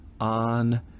on